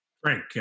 Frank